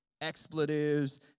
expletives